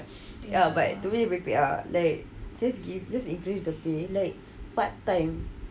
ya but to me repeat ah just increase the pay like part time